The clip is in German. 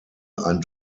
ein